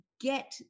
get